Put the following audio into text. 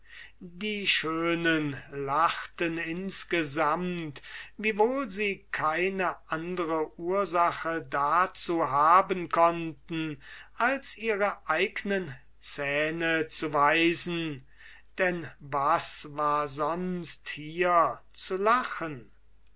die schönen lachten insgesamt wiewohl sie keine andre ursache dazu haben konnten als ihre eignen zähne zu weisen denn was war sonst hier zu lachen